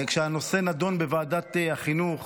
כשהנושא נדון בוועדת החינוך